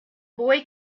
boy